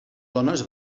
dones